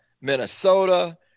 Minnesota